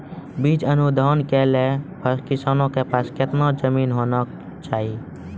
बीज अनुदान के लेल किसानों के पास केतना जमीन होना चहियों?